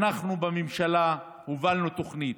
אנחנו בממשלה הובלנו תוכנית